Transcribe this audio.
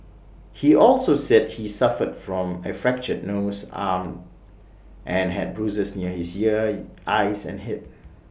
he also said he suffered from A fractured nose arm and had bruises near his ear eyes and Head